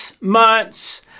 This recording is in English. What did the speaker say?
month's